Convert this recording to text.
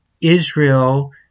Israel